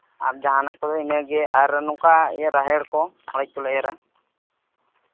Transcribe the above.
ᱟᱨ ᱡᱟᱦᱟᱸᱱᱟᱜ ᱠᱚᱫᱚ ᱤᱱᱟᱹ ᱜᱮ ᱟᱨ ᱱᱚᱝᱠᱟ ᱤᱭᱟᱹ ᱨᱟᱦᱮᱲ ᱠᱚ ᱦᱚᱭ ᱛᱚᱞᱮ ᱮᱨᱟ